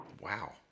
Wow